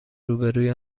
روبهروی